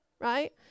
right